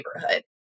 neighborhood